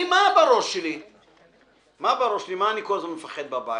ממה אני פוחד?